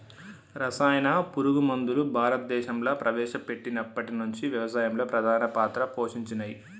రసాయన పురుగు మందులు భారతదేశంలా ప్రవేశపెట్టినప్పటి నుంచి వ్యవసాయంలో ప్రధాన పాత్ర పోషించినయ్